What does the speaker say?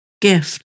gift